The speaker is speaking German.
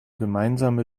gemeinsame